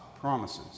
promises